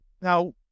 Now